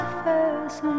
first